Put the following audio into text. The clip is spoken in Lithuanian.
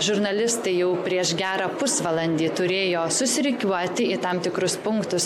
žurnalistai jau prieš gerą pusvalandį turėjo susirikiuoti į tam tikrus punktus